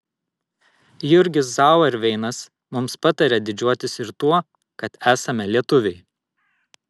jurgis zauerveinas mums patarė didžiuotis ir tuo kad esame lietuviai